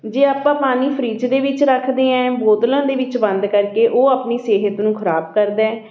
ਜੇ ਆਪਾਂ ਪਾਣੀ ਫਰਿੱਜ ਦੇ ਵਿੱਚ ਰੱਖਦੇ ਹਾਂ ਬੋਤਲਾਂ ਦੇ ਵਿੱਚ ਬੰਦ ਕਰਕੇ ਉਹ ਆਪਣੀ ਸਿਹਤ ਨੂੰ ਖਰਾਬ ਕਰਦਾ